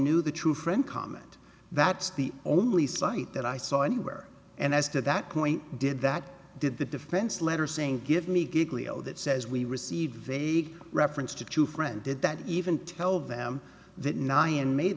knew the true friend comment that's the only site that i saw anywhere and as to that point did that did the defense letter saying give me giggle e o that says we received vague reference to true friend did that even tell them